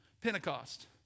Pentecost